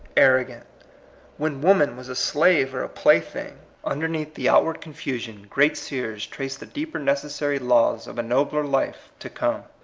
arrogant when woman was a slave or a plaything underneath the outward confusion great seers traced the deeper necessary laws of a nobler life to come.